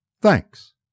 Thanks